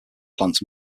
plants